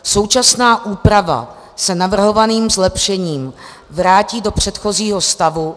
Současná úprava se navrhovaným zlepšením vrátí do předchozího stavu...